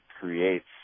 creates